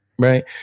Right